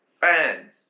fans